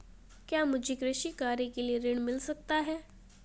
क्या मुझे कृषि कार्य के लिए ऋण मिल सकता है?